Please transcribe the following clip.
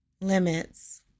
Limits